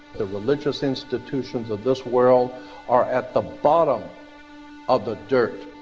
the religious institutions of this world are at the bottom of the dirt.